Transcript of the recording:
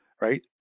right